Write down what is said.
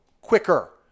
quicker